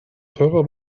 teurer